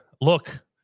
look